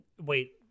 wait